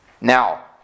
Now